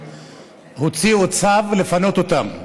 שהוציאו צו לפנות אותם.